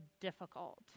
difficult